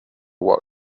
what